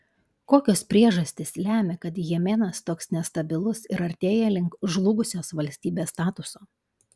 kokios priežastys lemia kad jemenas toks nestabilus ir artėja link žlugusios valstybės statuso